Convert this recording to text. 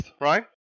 right